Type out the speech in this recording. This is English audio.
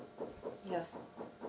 ya